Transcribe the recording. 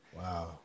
wow